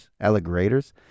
alligators